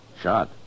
Shot